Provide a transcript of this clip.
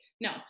No